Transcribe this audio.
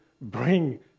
bring